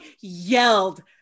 yelled